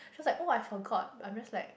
so it's like oh I forgot I'm just like